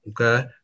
Okay